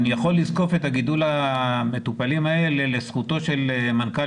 אני יכול לזקוף את הגידול במטופלים לזכותו של מנכ"ל